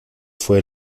fue